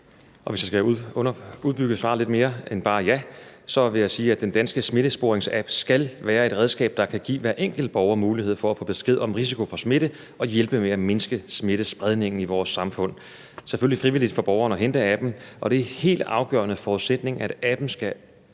Og hvis jeg skal udbygge svaret lidt mere end bare at sige ja, vil jeg sige, at den danske smittesporingsapp skal være et redskab, der kan give hver enkelt borger mulighed for at få besked om risiko for smitte og hjælpe med at mindske smittespredningen i vores samfund. Det er selvfølgelig frivilligt for borgeren at hente appen, og det er en helt afgørende forudsætning, at appen kan